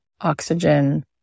oxygen